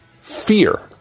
fear